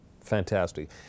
fantastic